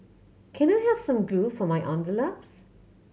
can I have some glue for my envelopes